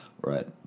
right